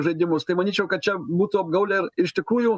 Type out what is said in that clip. žaidimus tai manyčiau kad čia būtų apgaulė ir iš tikrųjų